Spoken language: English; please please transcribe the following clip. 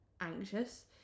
anxious